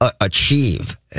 achieve